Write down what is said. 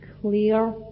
clear